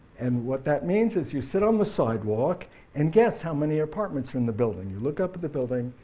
and what that means is you sit on the sidewalk and guess how many apartments are in the building. you look up at the building,